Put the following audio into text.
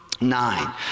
Nine